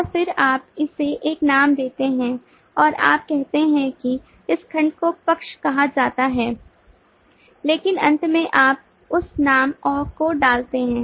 और फिर आप इसे एक नाम देते हैं और आप कहते हैं कि इस खंड को पक्ष कहा जाता है लेकिन अंत में आप उस नाम को डालते हैं